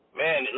man